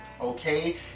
Okay